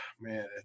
man